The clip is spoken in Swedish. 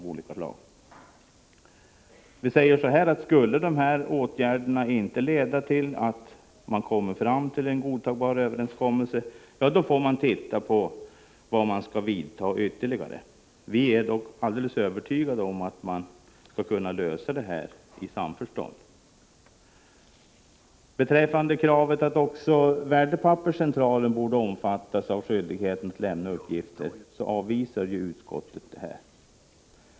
Vi säger att skulle det inte gå att komma fram till en godtagbar överenskommelse, får man undersöka vilka ytterligare åtgärder som skall vidtas. Vi är dock alldeles övertygade om att man skall kunna lösa problemen i samförstånd. Kravet att också Värdepapperscentralen skulle omfattas av skyldigheten att lämna uppgifter avvisas av utskottet.